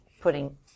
putting